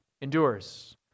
endures